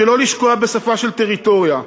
שלא לשקוע בשפה של טריטוריה.